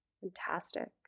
Fantastic